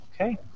Okay